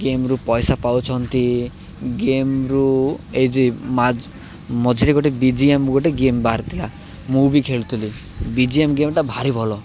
ଗେମ୍ରୁ ପଇସା ପାଉଛନ୍ତି ଗେମ୍ରୁ ଏଇ ଯେ ମଝିରେ ଗୋଟେ ବି ଜି ଏମ୍ ଗୋଟେ ଗେମ୍ ବାହାରି ଥିଲା ମୁଁ ବି ଖେଳୁଥିଲି ବି ଜି ଏମ୍ ଗେମ୍ଟା ଭାରି ଭଲ